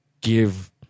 give